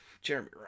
Jeremy